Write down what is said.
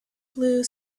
blue